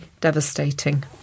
devastating